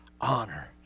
honor